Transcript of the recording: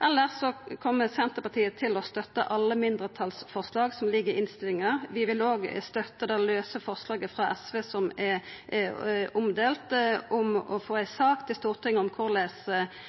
Elles kjem Senterpartiet til å støtta alle mindretalsforslaga som ligg i innstillinga. Vi vil òg støtta det lause forslaget frå SV som er omdelt, om å få ei sak til Stortinget om korleis